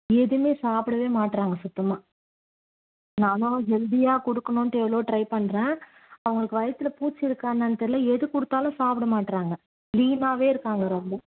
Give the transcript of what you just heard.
எதுவுமே சாப்பிடவே மாட்டேறாங்க சுத்தமாக நானும் ஹெல்தியாக கொடுக்கணுன்ட்டு எவ்வளோ ட்ரை பண்ணுறேன் அவங்களுக்கு வயித்தில் பூச்சி இருக்கா என்னன்னு தெரியல எது கொடுத்தாலும் சாப்பிட மாட்டேறாங்க லீனாகவே இருக்காங்க ரொம்ப